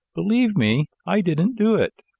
believe me, i didn't do it.